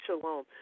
Shalom